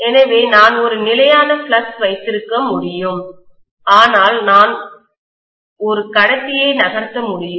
எனவே நான் ஒரு நிலையான ஃப்ளக்ஸ் வைத்திருக்க முடியும் ஆனால் நான் ஒரு கடத்தியை நகர்த்த முடியும்